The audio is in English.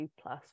plus